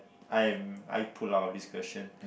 I'm I pull out of this question